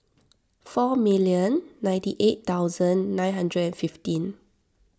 four million ninety eight thousand nine hundred and fifteen